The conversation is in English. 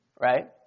right